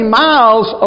miles